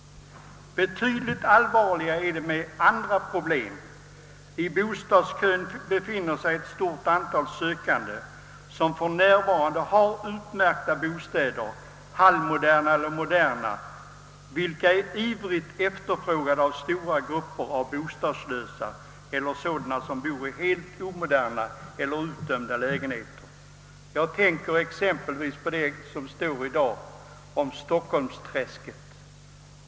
Betydligt allvarligare är en del andra problem. I bostadskön finns t.ex. ett stort antal bostadssökande som för närvarande har utmärkta halvmoderna eller moderna bostäder, vilka är ivrigt efterfrågade av stora grupper bostadslösa eller sådana som bor i helt omoderna eller utdömda lägenheter. Jag tänker exempelvis på vad som stått att läsa i dagens tidningar om Stockholmsträsket.